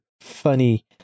funny